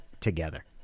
together